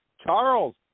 Charles